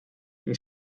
ning